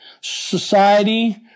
Society